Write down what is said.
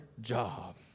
job